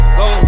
go